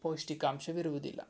ಪೌಷ್ಟಿಕಾಂಶವಿರುವುದಿಲ್ಲ